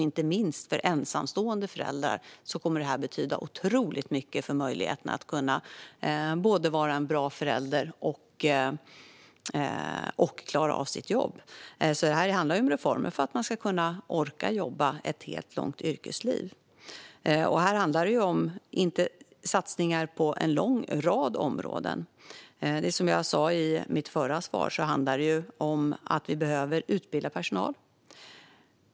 Inte minst för ensamstående föräldrar kommer detta att betyda otroligt mycket för möjligheterna att både vara en bra förälder och att klara av sitt jobb. Detta handlar alltså om reformer för att människor ska kunna orka jobba ett helt långt yrkesliv. Här handlar det om satsningar på en lång rad områden. Som jag sa i mitt förra inlägg handlar det om att vi behöver utbilda personal.